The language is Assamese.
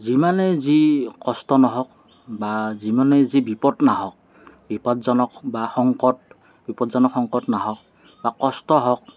যিমানে যি কষ্ট নহওঁক বা যিমানে যি বিপদ নাহক বিপদজনক বা সংকট বিপদজনক সংকট নাহক বা কষ্ট হওঁক